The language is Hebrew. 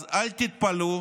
אל תתפלאו